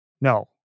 No